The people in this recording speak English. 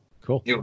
cool